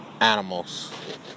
animals